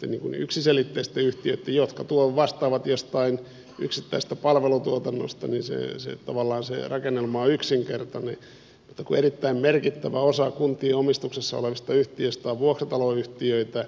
tämmöisillä yksiselitteisillä yhtiöillä jotka vastaavat jostain yksittäisestä palvelutuotannosta tavallaan se rakennelma on yksinkertainen mutta kun erittäin merkittävä osa kuntien omistuksessa olevista yhtiöistä on vuokrataloyhtiöitä